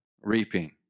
reaping